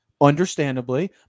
understandably